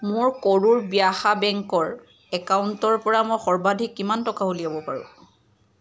মোৰ কৰুৰ ব্যাসা বেংকৰ একাউণ্টৰ পৰা মই সৰ্বাধিক কিমান টকা উলিয়াব পাৰো